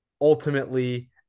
ultimately